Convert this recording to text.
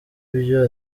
byo